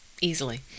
easily